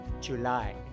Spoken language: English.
July